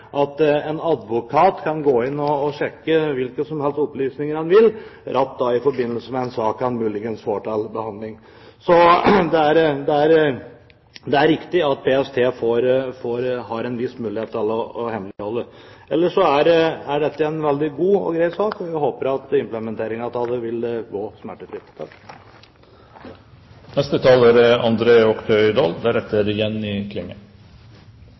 at en advokat kan gå inn og sjekke hvilke opplysninger som helst i forbindelse med en sak han muligens får til behandling. Så det er riktig at PST har en viss mulighet til å hemmeligholde. Ellers er dette en veldig god og grei sak, og vi håper at implementeringen vil gå smertefritt. På mange måter er